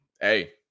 Hey